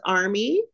army